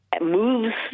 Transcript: Moves